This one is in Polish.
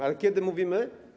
Ale kiedy mówimy?